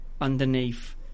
underneath